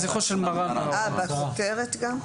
בכותרת גם?